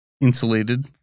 insulated